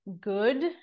good